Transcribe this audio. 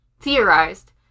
theorized